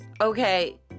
okay